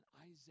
Isaiah